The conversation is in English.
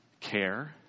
care